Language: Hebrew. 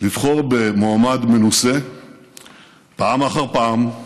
לבחור במועמד מנוסה פעם אחר פעם,